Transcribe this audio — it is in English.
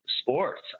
sports